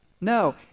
No